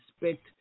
respect